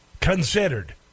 considered